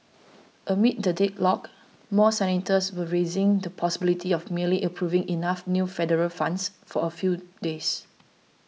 amid the deadlock more senators were raising the possibility of merely approving enough new federal funds for a few days